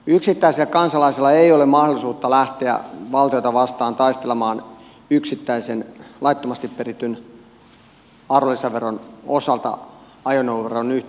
yksittäisellä kansalaisella ei ole mahdollisuutta lähteä valtiota vastaan taistelemaan yksittäisen laittomasti perityn arvonlisäveron osalta ajoneuvoveron yhteydessä